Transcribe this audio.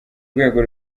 rwego